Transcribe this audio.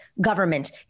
government